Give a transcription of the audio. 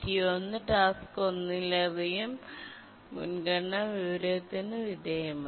T1 task ഒന്നിലധികം മുൻഗണനാ വിപരീതത്തിന് വിധേയമായി